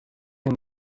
can